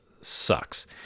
sucks